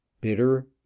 Bitter